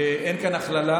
אין כאן הכללה.